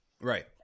Right